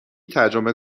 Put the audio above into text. ترجمه